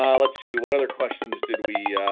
um let's see what other questions did we